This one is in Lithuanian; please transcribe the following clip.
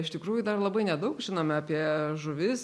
iš tikrųjų dar labai nedaug žinome apie žuvis